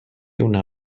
una